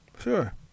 Sure